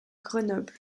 grenoble